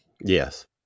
yes